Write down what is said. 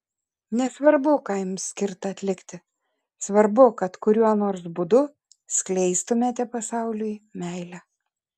nesvarbu ką jums skirta atlikti svarbu kad kuriuo nors būdu skleistumėte pasauliui meilę